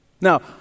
Now